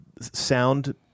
sound